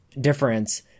difference